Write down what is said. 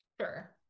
Sure